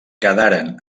quedaren